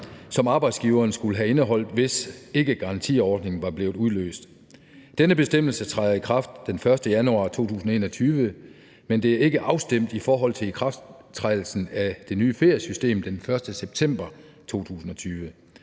som arbejdsgiveren skulle have indeholdt, hvis ikke garantiordningen var blevet udløst. Denne bestemmelse træder i kraft den 1. januar 2021, men det er ikke afstemt i forhold til ikrafttrædelsen af det nye feriesystem den 1. september 2020.